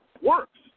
works